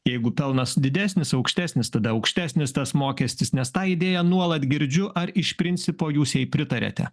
jeigu pelnas didesnis aukštesnis tada aukštesnis tas mokestis nes tą idėją nuolat girdžiu ar iš principo jūs jai pritariate